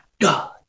God